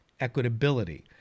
equitability